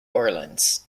orleans